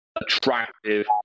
attractive